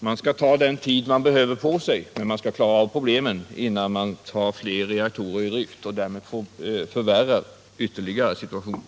Man skall ta den tid på sig som man behöver, men man skall klara problemen innan man tar flera reaktorer i drift och därmed ytterligare förvärrar situationen.